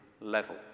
level